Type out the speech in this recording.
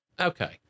okay